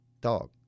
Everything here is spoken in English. dog